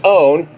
own